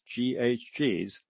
GHGs